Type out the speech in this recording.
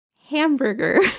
hamburger